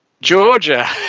Georgia